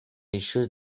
eixos